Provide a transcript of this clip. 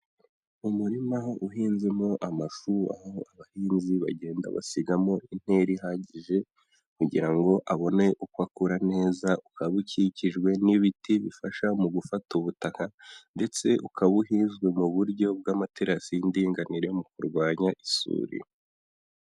Umurima uhinzemo amashu aho abahinzi bagenda basigamo intera ihagije kugira ngo abone uko akura neza ukaba ukikijwe n'ibiti bifasha mu gufata ubutaka ndetse uka uhinzwe mu buryo bw'amaterasi y'indinganire mu kurwanya isuri.